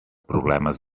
problemes